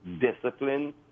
discipline